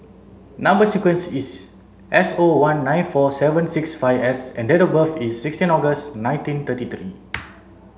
number sequence is S O one nine four seven six five S and date of birth is sixteen August nineteen thirty three